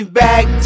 back